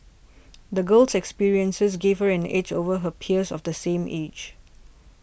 the girl's experiences gave her an edge over her peers of the same age